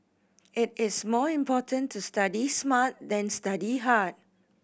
it is more important to study smart than study hard